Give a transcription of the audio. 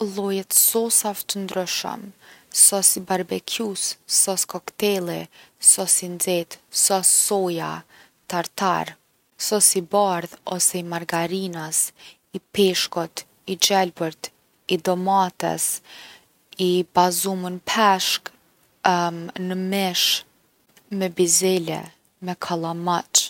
Lloje t’sosave t’ndryshëm, sos i barbekjus, sos koktelli, sos i nxehtë, sos soja, tartar, sos i bardhë ose i margarinës, peshkut, i gjelbërt, i domates, i bazum n’peshk n’mish, me bizele, me kollomoq.